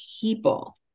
people